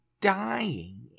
dying